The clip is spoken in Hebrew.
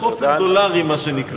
תמורת חופן דולרים, מה שנקרא.